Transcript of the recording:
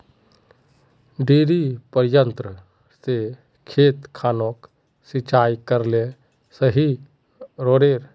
डिरिपयंऋ से खेत खानोक सिंचाई करले सही रोडेर?